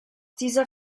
dieser